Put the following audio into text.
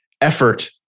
effort